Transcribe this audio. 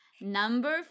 Number